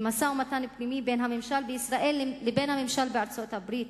במשא-ומתן פנימי בין הממשל בישראל לבין הממשל בארצות-הברית.